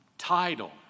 Title